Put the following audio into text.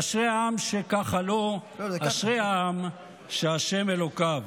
אשרי העם שככה לו אשרי העם שהשם אלוקיו.